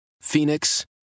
Phoenix